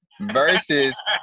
Versus